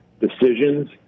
decisions